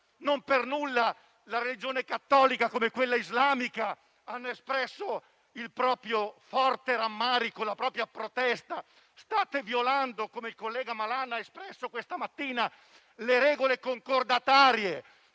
Non per nulla la religione cattolica, come quella islamica, hanno espresso il proprio forte rammarico e la propria protesta. State violando, come espresso dal collega Malan questa mattina, le regole concordatarie;